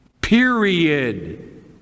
Period